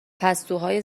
پستوهای